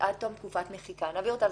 קונספט לא נכון.